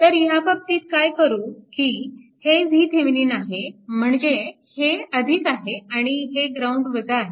तर ह्या बाबतीत काय करू की हे VThevenin आहे म्हणजे हे आहे आणि हे ग्राउंड आहे